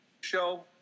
show